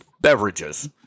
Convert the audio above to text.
beverages